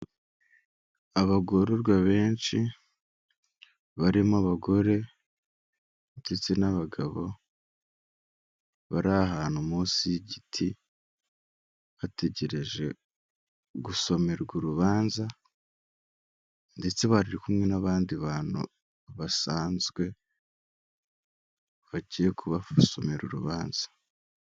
Abagororwa benshi barimo abagore ndetse n'abagabo, bari ahantu munsi y'igiti, bategereje gusomerwa urubanza ndetse bari kumwe n'abandi bantu basanzwe, bagiye kubasomera urubanza.